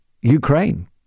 Ukraine